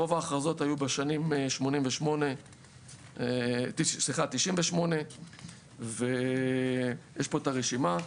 רוב ההכרזות היו בשנים 1998. יש פה את הרשימה.